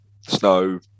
snow